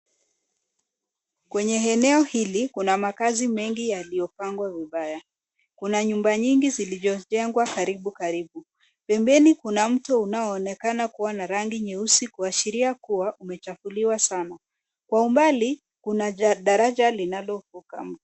Kwenye eneo hili, kuna makazi mengi yaliyopangwa vibaya. Kuna nyumba nyingi zilizojengwa karibu karibu. Pembeni, kuna mtu anayeonekana kuvaa nguo nyeusi, ishara kuwa amechaguliwa rasmi. Kwa umbali, kuna daraja linalovuka mto.